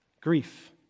grief